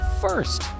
first